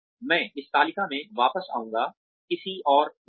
मैं इस तालिका में वापस आऊंगा किसी और वक़्त